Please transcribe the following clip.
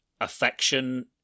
affection